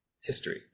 history